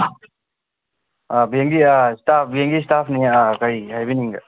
ꯑꯥ ꯕꯦꯡꯒꯤ ꯁ꯭ꯇꯥꯐ ꯕꯦꯡꯒꯤ ꯁ꯭ꯇꯥꯐꯅꯤ ꯀꯔꯤ ꯍꯥꯏꯕꯤꯅꯤꯡꯕꯒꯦ